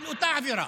על אותה עבירה.